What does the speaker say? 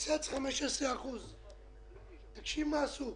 לקצץ 15%. תקשיב מה עשו: